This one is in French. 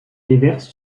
déverse